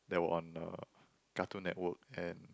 that were on uh Cartoon Network and